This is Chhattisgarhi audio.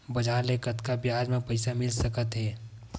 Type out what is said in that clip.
बजार ले कतका ब्याज म पईसा मिल सकत हे?